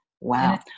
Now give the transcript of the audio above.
wow